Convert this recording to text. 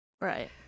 Right